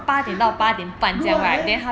weird right